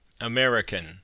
American